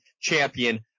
champion